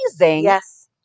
Yes